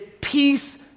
peace